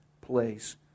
place